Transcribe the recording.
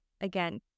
again